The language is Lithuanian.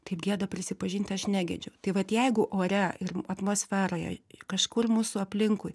taip gėda prisipažinti aš negedžiu tai vat jeigu ore ir atmosferoje kažkur mūsų aplinkui